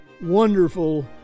wonderful